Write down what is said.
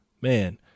man